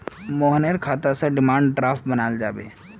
मोहनेर खाता स डिमांड ड्राफ्ट बनाल जाबे